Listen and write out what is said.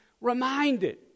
reminded